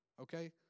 Okay